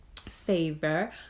favor